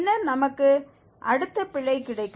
பின்னர் நமக்கு அடுத்த பிழை கிடைக்கும்